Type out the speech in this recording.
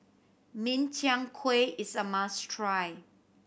Min Chiang Kueh is a must try